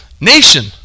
nation